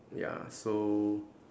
ya so